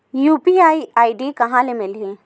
UPI ID कहां ले मिलही?